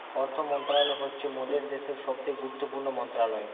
অর্থ মন্ত্রণালয় হচ্ছে মোদের দ্যাশের সবথেকে গুরুত্বপূর্ণ মন্ত্রণালয়